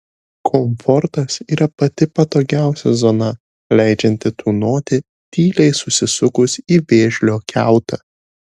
komfortas yra pati patogiausia zona leidžianti tūnoti tyliai susisukus į vėžlio kiautą